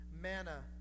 manna